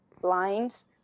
blinds